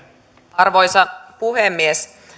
arvoisa puhemies